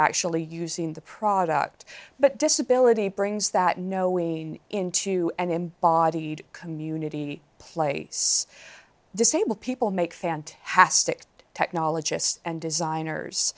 actually using the product but disability brings that knowing into an embodied community place disabled people make fantastic technologists and designers